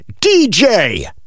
DJ